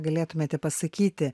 galėtumėte pasakyti